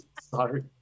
Sorry